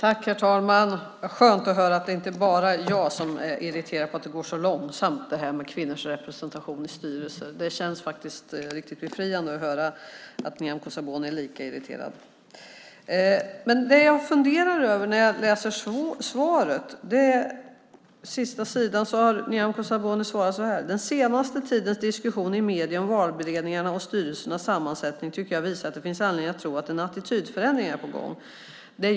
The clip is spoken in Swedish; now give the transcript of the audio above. Herr talman! Det är skönt att höra att det inte bara är jag som är irriterad över att det går så långsamt med kvinnors representation i styrelser. Det känns riktigt befriande att höra att Nyamko Sabuni är lika irriterad. I svaret säger Nyamko Sabuni: "Den senaste tidens diskussion i medierna om valberedningars och styrelsers sammansättning tycker jag visar på att det finns anledning att tro att en attitydförändring är på gång."